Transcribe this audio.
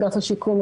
אגף השיקום,